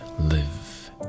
live